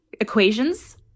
equations